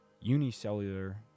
unicellular